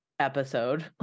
episode